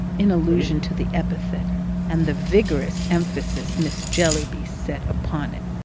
in allusion to the epithet and the vigorous emphasis miss jellyby set upon it.